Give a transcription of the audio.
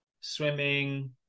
swimming